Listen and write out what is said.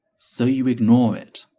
so you ignore it.